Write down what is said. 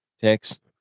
text